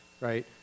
right